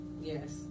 yes